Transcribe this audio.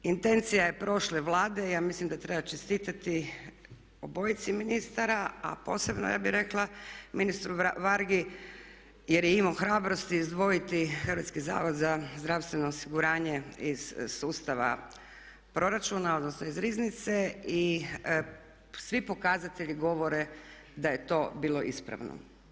Intencija je prošle Vlade ja mislim da treba čestitati obojici ministara, a posebno ja bih rekla ministru Vargi jer je imao hrabrosti izdvojiti Hrvatski zavod za zdravstveno osiguranje iz sustava proračuna odnosno iz Riznice i svi pokazatelji govore da je to bilo ispravno.